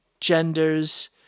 genders